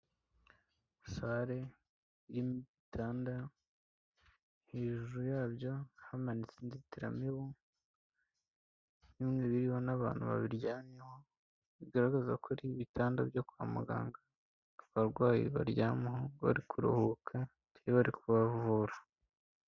Sare irimo ibitanda, hejuru yabyo hamanitse inzitiramibu y'umweru iriho n'abantu babiryamyeho bigaragaza ko ibitanda byo kwa muganga abarwayi baryama bari kuruhukari bari kubavura.